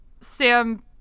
Sam